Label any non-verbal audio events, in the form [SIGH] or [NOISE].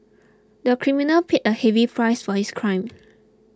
the criminal paid a heavy price for his crime [NOISE]